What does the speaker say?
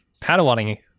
Padawaning